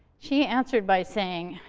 she answered by saying,